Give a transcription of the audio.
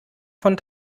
von